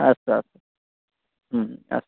अस्तु अस्तु ह्म् अस्तु